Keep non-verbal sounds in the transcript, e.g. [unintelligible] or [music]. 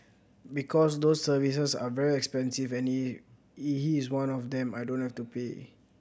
because those services are very expensive and [unintelligible] he is one of them I don't have to pay